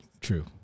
True